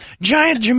giant